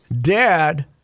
Dad